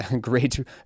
great